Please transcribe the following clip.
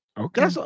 Okay